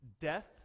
death